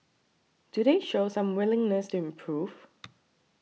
do they show some willingness to improve